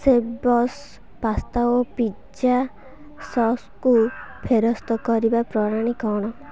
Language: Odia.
ଶେଫ୍ବସ୍ ପାସ୍ତା ଓ ପିଜ୍ଜା ସସ୍କୁ ଫେରସ୍ତ କରିବା ପ୍ରଣାଳୀ କ'ଣ